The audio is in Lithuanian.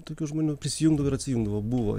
tokių žmonių prisijungdavo ir atsijungdavo buvo